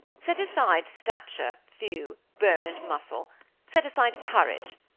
set aside stature, thew, bone, and muscle set aside courage,